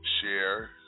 share